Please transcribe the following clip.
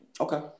Okay